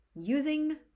using